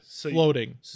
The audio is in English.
floating